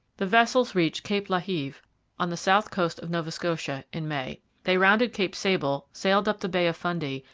the vessels reached cape la heve on the south coast of nova scotia in may. they rounded cape sable, sailed up the bay of fundy,